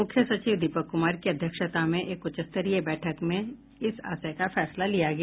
मुख्य सचिव दीपक कुमार की अध्यक्षता में एक उच्चस्तरीय बैठक में इस आशय का फैसला लिया गया